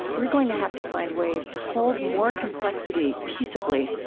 we're going to have to find ways to hold more complexity peaceably,